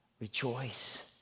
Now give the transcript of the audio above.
Rejoice